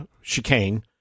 Chicane